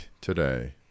today